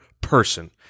person